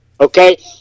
okay